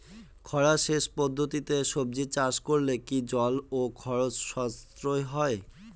খরা সেচ পদ্ধতিতে সবজি চাষ করলে কি জল ও খরচ সাশ্রয় হয়?